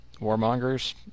Warmongers